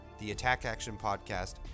theattackactionpodcast